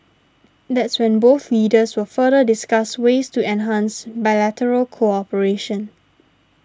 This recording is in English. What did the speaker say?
that's when both leaders will further discuss ways to enhance bilateral cooperation